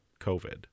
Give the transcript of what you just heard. COVID